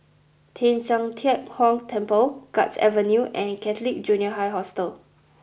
Teng San Tian Hock Temple Guards Avenue and Catholic Junior College Hostel